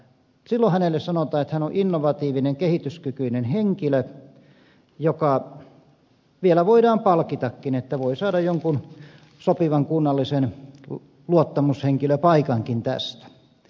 silloin hänelle sanotaan että hän on innovatiivinen kehityskykyinen henkilö joka vielä voidaan palkitakin voi saada jonkun sopivan kunnallisen luottamushenkilöpaikankin tästä